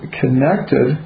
connected